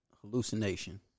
hallucination